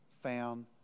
found